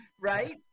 right